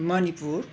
Manipur